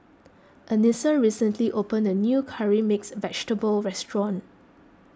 Anissa recently opened a new Curry Mixed Vegetable restaurant